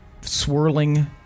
swirling